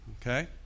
Okay